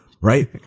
right